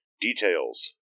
details